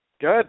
Good